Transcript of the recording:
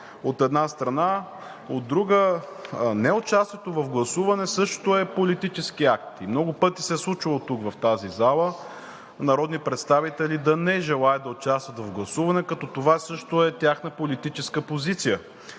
от една страна. От друга страна, неучастието в гласуването също е политически акт и много пъти се е случвало тук в тази зала народни представители да не желаят да участват в гласуване, като това също е тяхна политическа позиция.